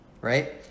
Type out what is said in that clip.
right